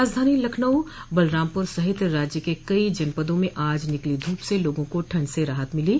राजधानी लखनऊ बलरामपुर सहित राज्य के कई जनपदों में आज निकली धूप से लोगों को ठंड से राहत मिली